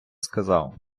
сказав